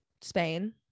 spain